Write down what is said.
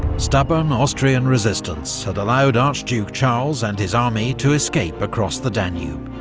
stubborn austrian resistance had allowed archduke charles and his army to escape across the danube.